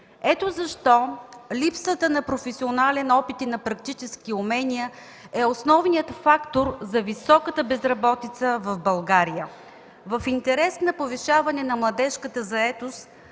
Ето защо липсата на професионален опит и на практически умения е основният фактор за високата безработица в България. В интерес на повишаване на младежката заетост